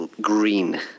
green